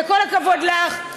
וכל הכבוד לך.